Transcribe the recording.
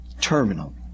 terminal